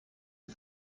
and